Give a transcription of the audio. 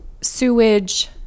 sewage